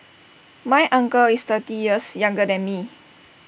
my uncle is thirty years younger than me